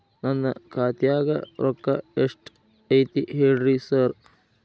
ನನ್ ಖಾತ್ಯಾಗ ರೊಕ್ಕಾ ಎಷ್ಟ್ ಐತಿ ಹೇಳ್ರಿ ಸಾರ್?